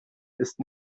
ist